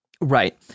right